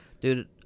dude